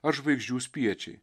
ar žvaigždžių spiečiai